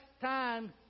time